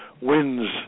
wins